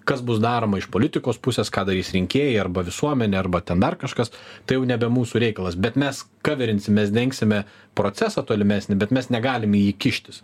kas bus daroma iš politikos pusės ką darys rinkėjai arba visuomenė arba ten dar kažkas tai jau nebe mūsų reikalas bet mes kaverinsim mes dengsime procesą tolimesnį bet mes negalim į jį kištis